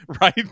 right